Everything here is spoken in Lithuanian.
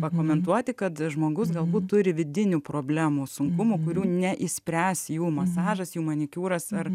pakomentuoti kad žmogus galbūt turi vidinių problemų sunkumų kurių neišspręs jų masažas jų manikiūras ar